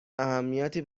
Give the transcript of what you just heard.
اهمیتی